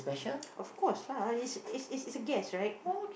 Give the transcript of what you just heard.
of course lah it's it's it's a guest right